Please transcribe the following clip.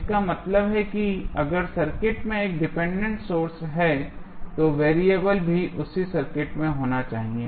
इसका मतलब है कि अगर सर्किट में एक डिपेंडेंट सोर्स है तो वेरिएबल भी उसी सर्किट में होना चाहिए